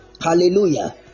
hallelujah